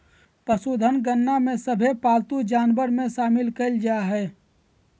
पशुधन गणना में सभे पालतू जानवर के शामिल कईल जा हइ